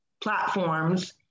platforms